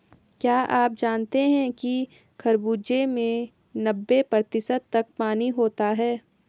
क्या आप जानते हैं कि खरबूजे में नब्बे प्रतिशत तक पानी होता है